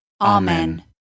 Amen